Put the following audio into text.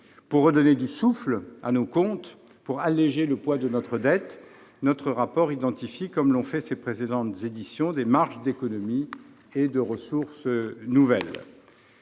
Pour redonner du souffle à nos comptes et pour alléger le poids de notre dette, notre rapport identifie, comme l'ont fait ses précédentes éditions, des marges d'économies et de ressources nouvelles.